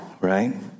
right